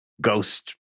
ghost